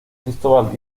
cristóbal